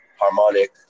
harmonic